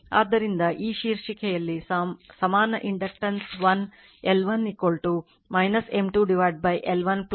ಆದ್ದರಿಂದ ಈ ಶೀರ್ಷಿಕೆಯಲ್ಲಿ ಸಮಾನ inductance l L1 M 2 L1 2 m ಆಗಿದೆ